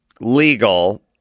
legal